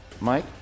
Mike